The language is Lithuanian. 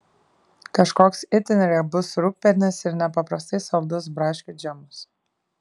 kažkoks itin riebus rūgpienis ir nepaprastai saldus braškių džemas